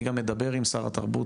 אני מדבר גם עם שר התרבות,